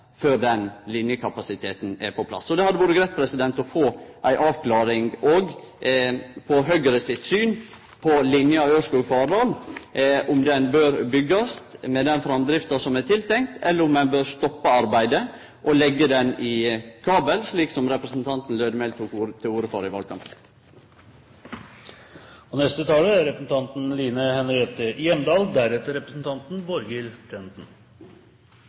før den linjekapasiteten er på plass. Så det hadde vore greitt å få ei avklaring av Høgre sitt syn på linja Ørskog–Fardal, om ho bør byggjast, med den framdrifta som er tenkt, eller om ein bør stoppe arbeidet og leggje ho i kabel, slik representanten Lødemel tok til orde for i valkampen. Kanskje er ikke nettutbygging en vinnersak for oss politikere. Desto mer viktig er